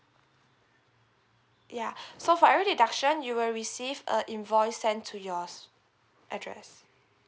ya so for every deduction you will receive a invoice sent to yours address